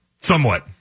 Somewhat